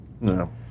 no